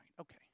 okay